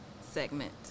segment